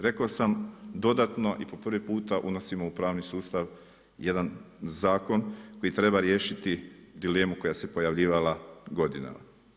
Rekao sam dodatno i po prvi puta unosimo u pravni sustav jedan zakon koji treba riješiti dilemu koja se pojavljivala godinama.